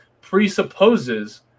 presupposes